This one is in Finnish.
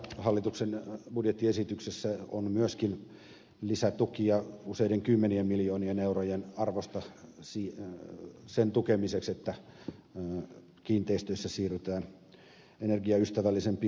hallituksen budjettiesityksessä on myöskin lisätukia useiden kymmenien miljoonien eurojen arvosta sen tukemiseksi että kiinteistöissä siirrytään energiaystävällisempiin lämmitysmuotoihin